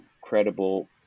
credible